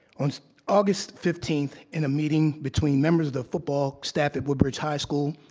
on so august fifteenth, in a meeting between members of the football staff at woodbridge high school,